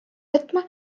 võtma